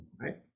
right